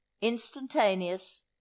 instantaneous